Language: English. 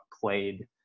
played